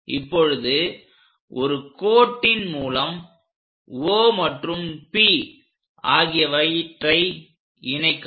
இப்பொழுது ஒரு கோட்டின் மூலம் O மற்றும் P ஆகியவற்றை இணைக்கவும்